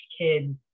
kids